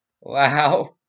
Wow